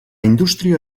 indústria